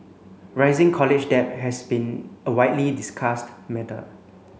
rising college debt has been a widely discussed matter